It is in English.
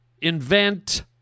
invent